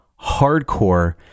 hardcore